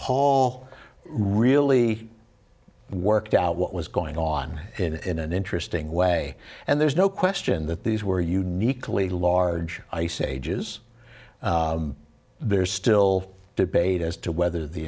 paul really worked out what was going on in an interesting way and there's no question that these were uniquely large ice ages there's still debate as to whether the